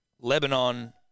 Lebanon